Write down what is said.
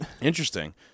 Interesting